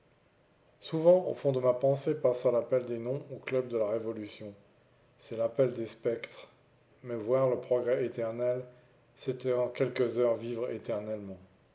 souvent au fond de ma pensée passa l'appel des noms au club de la révolution c'est l'appel des spectres mais voir le progrès éternel c'est en quelques heures vivre éternellement